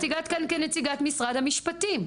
את הגעת כנציגת משרד המשפטים,